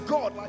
God